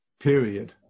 Period